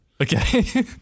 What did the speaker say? Okay